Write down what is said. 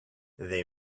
they